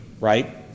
right